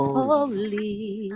holy